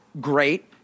great